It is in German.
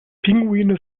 pinguine